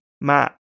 Matt